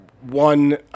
one